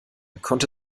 konnte